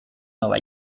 nueva